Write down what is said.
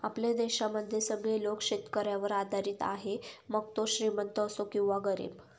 आपल्या देशामध्ये सगळे लोक शेतकऱ्यावर आधारित आहे, मग तो श्रीमंत असो किंवा गरीब